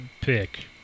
pick